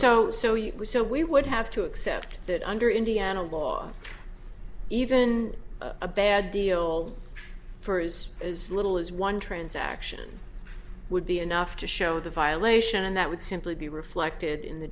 are so we would have to accept that under indiana law even a bad deal for is as little as one transaction would be enough to show the violation and that would simply be reflected in the